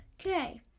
Okay